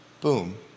boom